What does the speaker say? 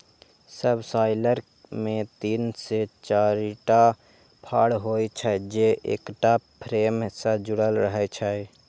subsoiler मे तीन से चारिटा फाड़ होइ छै, जे एकटा फ्रेम सं जुड़ल रहै छै